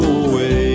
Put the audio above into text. away